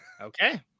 Okay